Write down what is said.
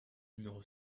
numéro